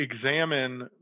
examine